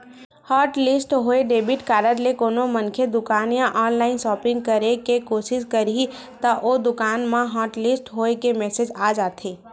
hotlist होए debit card ले कोनो मनखे दुकान या ऑनलाईन सॉपिंग करे के कोसिस करही त ओ दुकान म हॉटलिस्ट होए के मेसेज आ जाथे